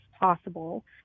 possible